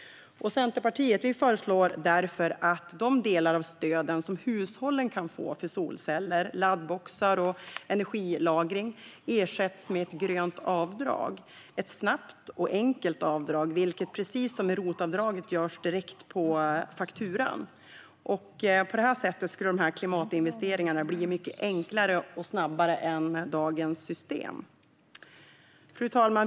Centerpartiet föreslår därför att de delar av stöden som hushållen kan få för solceller, laddboxar och energilagring ersätts med ett grönt avdrag. Vi föreslår ett snabbt och enkelt avdrag som, precis som ROT-avdraget, görs direkt på fakturan. På detta sätt skulle dessa klimatinvesteringar bli mycket enklare och snabbare än med dagens system. Fru talman!